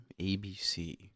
ABC